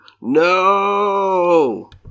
No